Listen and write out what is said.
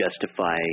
justify